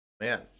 Man